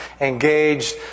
engaged